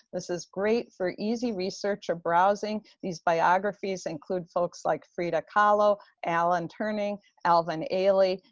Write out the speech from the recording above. this is great for easy research or browsing. these biographies include folks like frida kahlo, alan turing, alvin ailey,